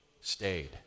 stayed